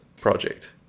project